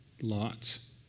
lots